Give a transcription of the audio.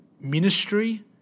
ministry